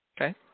Okay